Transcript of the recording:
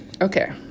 Okay